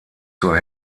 zur